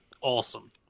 awesome